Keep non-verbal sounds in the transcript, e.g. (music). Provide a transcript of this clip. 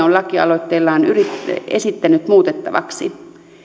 (unintelligible) on lakialoitteellaan esittänyt muutettavaksi